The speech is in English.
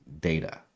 data